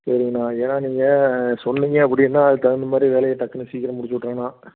சரிங்கண்ணா ஏனா நீங்கள் சொன்னீங்க அப்படின்னா அதுக்கு தகுந்த மாதிரி வேலையை டக்குன்னு சீக்கிரம் முடிச்சு விட்டுருவேண்ணா